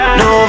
no